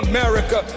America